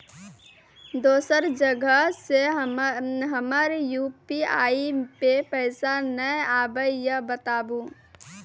दोसर जगह से हमर यु.पी.आई पे पैसा नैय आबे या बताबू?